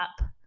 up